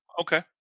Okay